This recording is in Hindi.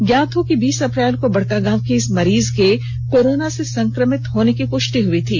ज्ञात हो कि बीस अप्रैल को बडकागांव के इस मरीज के कोरोना से संक्रमित होने की पुष्टि हई थी